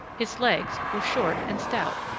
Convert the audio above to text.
his legs were short and stout.